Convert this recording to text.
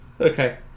Okay